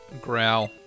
Growl